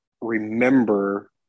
remember